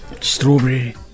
Strawberry